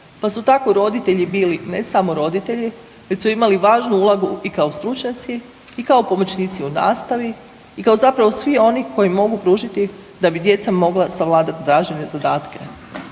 pa su tako roditelji bili, ne samo roditelji, već su imali ulogu i kao stručnjaci i kao pomoćnici u nastavi i kao zapravo svi oni koji mogu pružiti da bi djeca mogla savladati tražene zadatke.